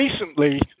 recently